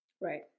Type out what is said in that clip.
Right